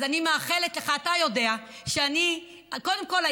אז אני מאחלת לך אתה יודע שקודם כול,